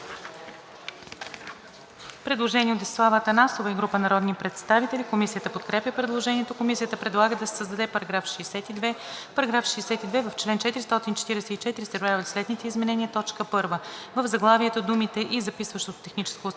Предложение от Десислава Атанасова и група народни представители. Комисията подкрепя предложението. Комисията предлага да се създаде § 62: „§ 62. В чл. 444 се правят следните изменения: „1. В заглавието думите „и записващото техническо устройство“